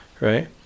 right